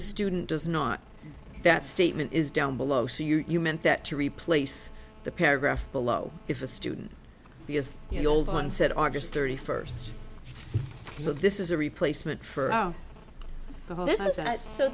a student does not that statement is down below so you're meant that to replace the paragraph below if a student because you know old on said august thirty first so this is a replacement for